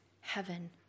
heaven